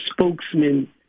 spokesman